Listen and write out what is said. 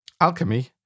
alchemy